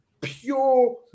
pure